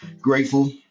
grateful